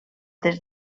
des